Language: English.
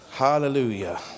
Hallelujah